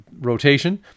rotation